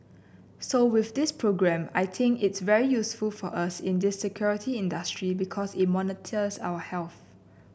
so with this programme I think it's very useful for us in the security industry because it monitors our health